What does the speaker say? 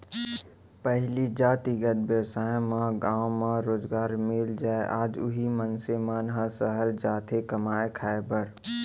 पहिली जातिगत बेवसाय म गाँव म रोजगार मिल जाय आज उही मनसे मन ह सहर जाथे कमाए खाए बर